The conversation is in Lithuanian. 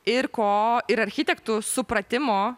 ir ko ir architektų supratimo